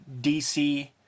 DC